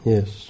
Yes